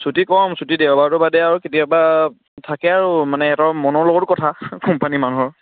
ছুটী ক'ম ছুটী দেওবাৰটো বাদে আৰু কেতিয়াবা থাকে আৰু মানে সিহঁতৰ মনৰ লগতো কথা কোম্পানী মানুহৰ